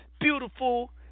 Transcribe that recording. beautiful